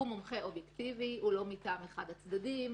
הוא מומחה אובייקטיבי, הוא לא מטעם אחד הצדדים,